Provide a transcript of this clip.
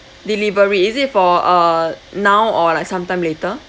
delivery is it for uh now or like some time later